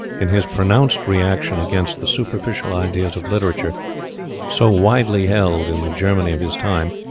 in his pronounced reaction against the superficial ideas of literature so widely held in the germany of his time,